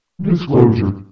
Disclosure